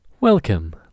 welcome